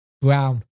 Brown